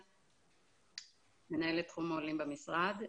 מנהלת תחום העולים במשרד.